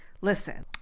listen